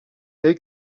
they